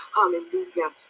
hallelujah